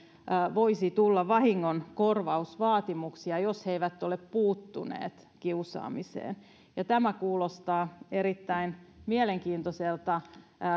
voisi tulla vahingonkorvausvaatimuksia jos he eivät ole puuttuneet kiusaamiseen tämä kuulostaa erittäin mielenkiintoiselta